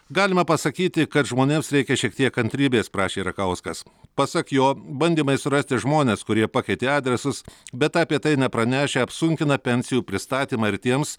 galima pasakyti kad žmonėms reikia šiek tiek kantrybės prašė rakauskas pasak jo bandymai surasti žmones kurie pakeitė adresus bet apie tai nepranešę apsunkina pensijų pristatymą ir tiems